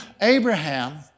Abraham